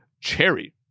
Cherry